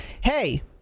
Hey-